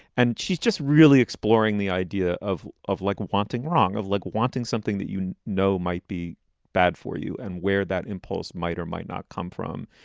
and she's just really exploring the idea of of like wanting wrong, of like wanting something that, you know, might be bad for you. and where that impulse might or might not come from.